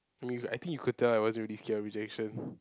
I mean I think you could tell I wasn't really scared of rejection